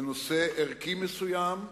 לנושא ערכי מסוים,